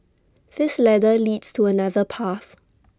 this ladder leads to another path